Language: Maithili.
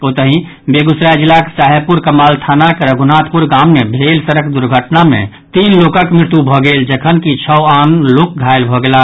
ओतहि बेगूसराय जिलाक साहेबपुर कमाल थानाक रघूनाथपूर गाम मे भेल सड़क दुर्घटना मे तीन लोकक मृत्यु भऽ गेल जखनकि छओ आन घायल भऽ गेलाह